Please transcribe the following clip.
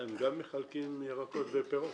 הם גם מחלקים ירקות ופירות.